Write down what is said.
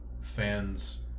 fans